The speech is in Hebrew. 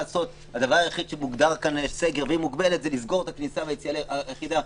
הדבר היחיד שהוגדר בסדר זה לסגור את הכניסה והיציאה היחידות.